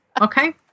Okay